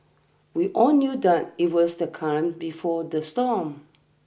we all knew that it was the calm before the storm